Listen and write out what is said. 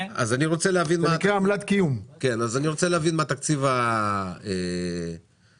אני רוצה להבין מה --- זה נקרא עמלת קיום.